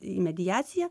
į mediaciją